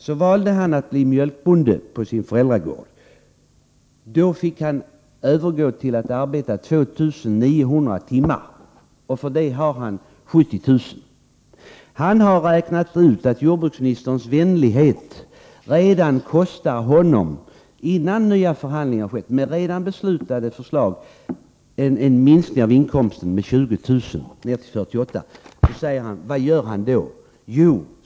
Så valde han att bli mjölkbonde på sin föräldragård. Då fick han övergå till att arbeta 2900 timmar, och för det har han 70000 kr. Han har räknat ut att jordbruksministerns vänlighet kostar honom, innan nya förhandlingar skett, med redan fattade beslut, en inkomstminskning med 20000 kr. Vad gör han då?